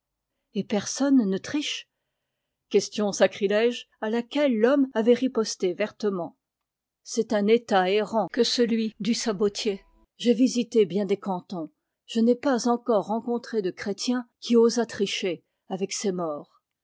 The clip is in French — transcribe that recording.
et personne ne triche question sacrilège à laquelle l'homme avait riposté vertement c'est un état errant que celui de sabotier j ai visité bien des cantons je n'ai pas encore rencontré de chrétien qui osât tricher avec ses morts